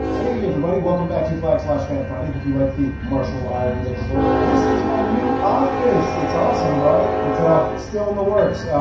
hey everybody, welcome back to flag slash fan friday. hope you like the marshall islands episode. this is my new office. it's awesome, right? it's ah, it's still in the works.